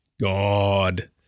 God